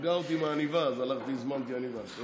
שיגעה אותי עם העניבה, אז הלכתי והזמנתי עניבה.